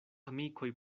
amikoj